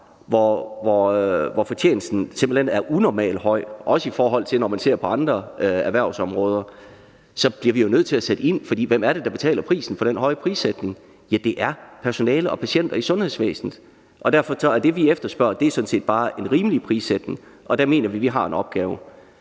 hvor fortjenesten simpelt hen er unormalt høj – også når vi ser den i forhold til andre erhvervsområder – så bliver vi jo nødt til at sætte ind. For hvem er det, der betaler prisen for den høje prissætning? Ja, det er personale og patienter i sundhedsvæsenet. Og derfor er det, vi efterspørger, sådan set bare en rimelig prissætning, og der mener vi, at vi har en opgave.